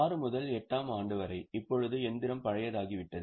6 முதல் 8 ஆம் ஆண்டு வரை இப்போது இயந்திரம் பழையதாகிவிட்டது